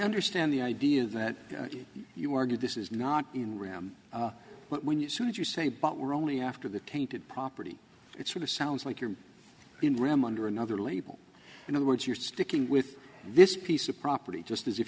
understand the idea that you argue this is not in ram when you soon as you say but were only after the tainted property it sort of sounds like you're in ram under another label in other words you're sticking with this piece of property just as if